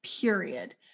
period